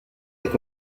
est